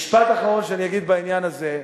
משפט אחרון שאני אגיד בעניין הזה: